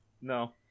no